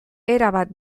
erabat